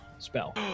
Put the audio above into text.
spell